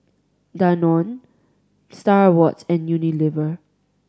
Danone Star Awards and Unilever